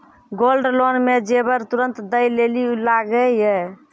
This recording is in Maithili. गोल्ड लोन मे जेबर तुरंत दै लेली लागेया?